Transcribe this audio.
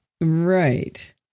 Right